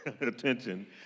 attention